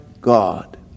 God